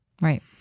Right